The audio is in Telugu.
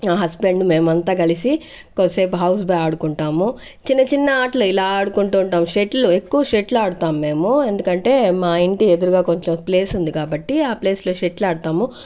నా హస్బెండ్ మేమంతా కలిసి కొద్దిసేపు హౌస్బై ఆడుకుంటాము చిన్న చిన్న ఆటలే ఇలా ఆడుకుంటుంటాము షెటిలు ఎక్కువ షెటిలాడతాం మేము ఎందుకంటే మా ఇంటి ఎదురుగా కొంచెం ప్లేస్ ఉంది కాబట్టి ఆ ప్లేస్లో షెటిలాడతాము